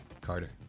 Carter